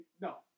no